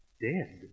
Dead